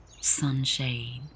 Sunshade